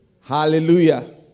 Hallelujah